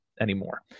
anymore